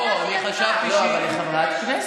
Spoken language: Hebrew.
לא, אני חשבתי שהיא, לא, אבל היא חברת כנסת.